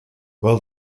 well